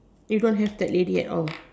you don't have that lady at all